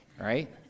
right